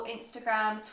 Instagram